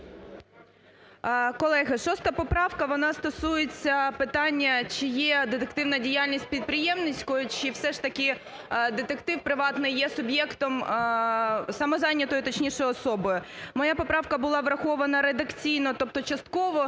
Колеги, 6 поправка, вона стосується питання, чи є детективна діяльність підприємницькою, чи все ж таки детектив приватний є суб'єктом самозайнятою, точніше, особою. Моя поправка була врахована редакційно, тобто частково.